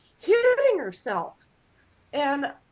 hitting herself and